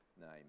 name